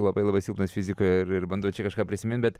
labai labai silpnas fizikoj ir bandau čia kažką prisimint bet